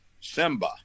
simba